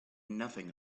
nothing